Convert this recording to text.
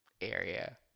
area